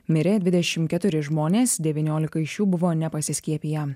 mirė dvidešim žmonės devyniolika iš jų buvo nepasiskiepiję